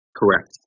correct